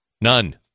None